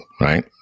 right